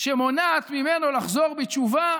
שמונעת ממנו לחזור בתשובה,